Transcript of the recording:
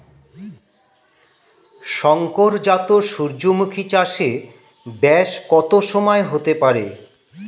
শংকর জাত সূর্যমুখী চাসে ব্যাস কত সময় হতে পারে?